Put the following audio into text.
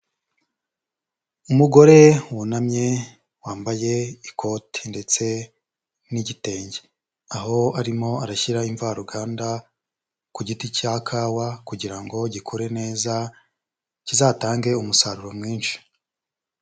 Umugore wunamye wambaye ikote ndetse n'igitenge, aho arimo arashyira imvaruganda ku giti cya kawa kugira ngo gikure neza kizatange umusaruro mwinshi.